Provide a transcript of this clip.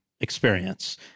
experience